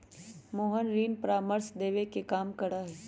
मोहन ऋण परामर्श देवे के काम करा हई